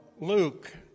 Luke